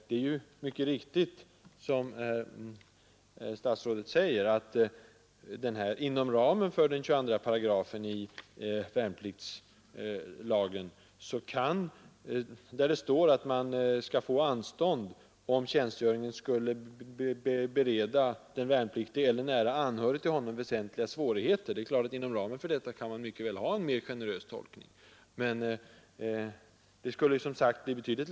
I 22 § värnpliktslagen heter det att den värnpliktige skall få anstånd om tjänstgöringen skulle bereda honom eller nära anhörig till honom väsentliga svårigheter. Det är riktigt, som statsrådet säger, att det inom ramen för denna bestämmelse ryms en mycket mer generös praxis.